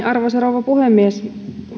arvoisa rouva puhemies